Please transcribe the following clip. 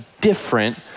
different